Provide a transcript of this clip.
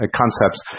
concepts